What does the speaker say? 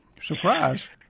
Surprise